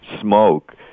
smoke